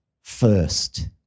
first